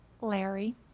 Larry